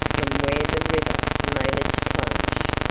from where the river made its plunge.